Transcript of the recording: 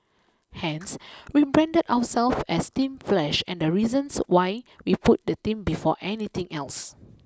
Hence we branded ourselves as Team Flash and the reasons why we put the team before anything else